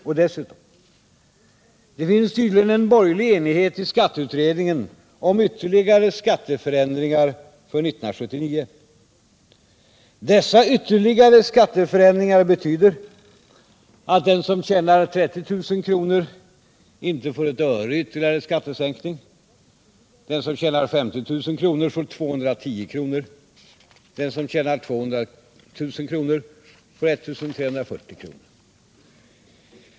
Och dessutom: Det finns tydligen en borgerlig enighet i skatteutredningen om ytterligare skatteförändringar för 1979. Dessa ytterligare skatteförändringar betyder att den som tjänar 30 000 kr. inte får ett öre i ytterligare skattesänkning, den som tjänar 50 000 kr. får 210 kr., den som tjänar 200 000 kr. får 1 340 kr.